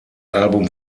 album